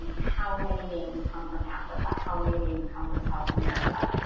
and how many names come from africa? how many names come from south america?